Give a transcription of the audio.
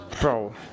Bro